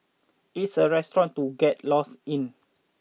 it's a restaurant to get lost in